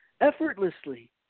effortlessly